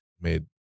made